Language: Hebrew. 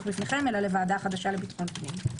לפניכם אלא לוועדה חדשה לביטחון פנים.